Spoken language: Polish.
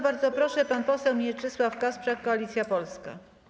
Bardzo proszę, pan poseł Mieczysław Kasprzak, Koalicja Polska.